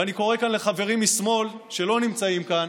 ואני קורא כאן לחברים משמאל שלא נמצאים כאן